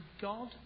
God